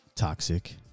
toxic